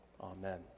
Amen